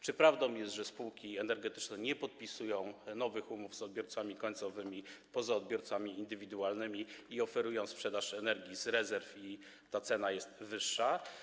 Czy prawdą jest, że spółki energetyczne nie podpisują nowych umów z odbiorcami końcowymi, poza odbiorcami indywidualnymi, oferują sprzedaż energii z rezerw i cena jest wyższa?